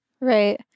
Right